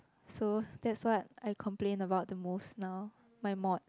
so that's what I complain about the most now my mod